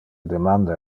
demanda